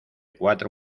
cuatro